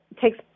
takes